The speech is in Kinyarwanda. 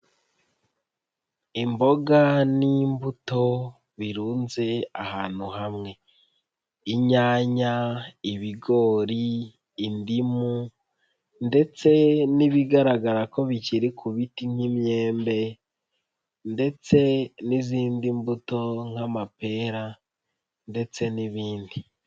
Imboga n'imbuto birunze ahantu hamwe: inyanya, ibigori, indimu ndetse n'ibigaragara ko bikiri ku biti nk'imyembe ndetse n'izindi mbuto nk'amapera ndetse n'ibindi.